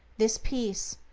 this peace,